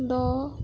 দহ